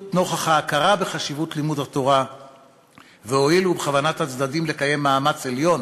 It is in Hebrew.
"נוכח ההכרה בחשיבות לימוד התורה והואיל ובכוונת הצדדים לקיים מאמץ עליון